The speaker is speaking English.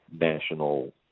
national